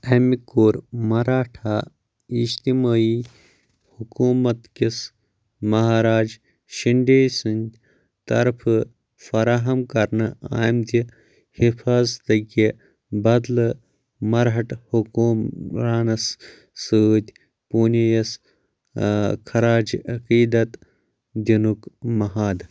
أمۍ کوٚر مراٹھا اِجتِمٲعی حُکومت کِس مہراج شِندے سٕنٛد طرفہٕ فراہم کرنہٕ آمتہٕ حِفاظتکہِ بدلہٕ مرہٹہ حُکمرانس سۭتۍ پوٗنے یس خراجہِ عقیٖدت دِنُک معاہدٕ